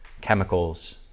chemicals